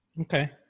Okay